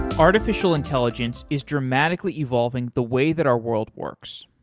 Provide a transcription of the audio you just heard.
artificial intelligence is dramatically evolving the way that our world works,